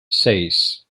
seis